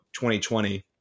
2020